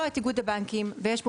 יש פה את איגוד הבנקים,